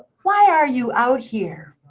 why are you out here?